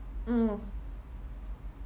mm